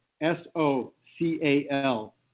S-O-C-A-L